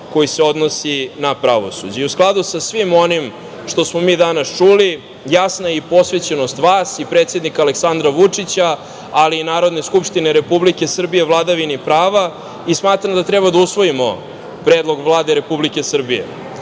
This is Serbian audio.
koji se odnosi na pravosuđe.U skladu sa svim onim što smo mi danas čuli, jasna je i posvećenost vas i predsednika Aleksandra Vučića, ali i Narodne skupštine Republike Srbije vladavini prava. I smatram da treba da usvojimo Predlog Vlade Republike Srbije. Ja